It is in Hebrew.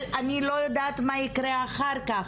של לא לדעת מה יקרה אחר כך,